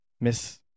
Miss